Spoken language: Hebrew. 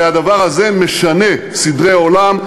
הרי הדבר הזה משנה סדרי עולם,